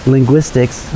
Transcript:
Linguistics